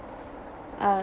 uh